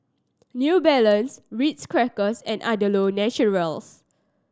New Balance Ritz Crackers and Andalou Naturals